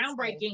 groundbreaking